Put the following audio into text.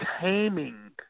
taming